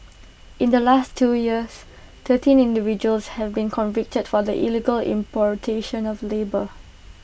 in the last two years thirteen individuals have been convicted for the illegal importation of labour